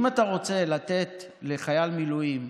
אם אתה רוצה לתת לחייל מילואים,